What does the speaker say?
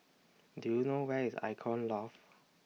Do YOU know Where IS Icon Loft